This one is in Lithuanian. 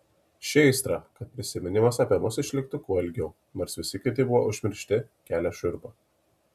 ši aistra kad prisiminimas apie mus išliktų kuo ilgiau nors visi kiti buvo užmiršti kelia šiurpą